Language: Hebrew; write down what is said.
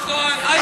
נכון, איוא.